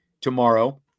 tomorrow